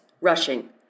rushing